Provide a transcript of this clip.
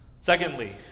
Secondly